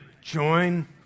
join